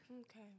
Okay